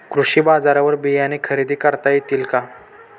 कृषी बाजारवर बियाणे खरेदी करता येतील का?